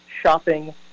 shopping